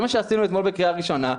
זה מה שעשינו אתמול בקריאה הראשונה.